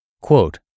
Quote